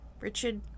richard